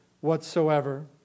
whatsoever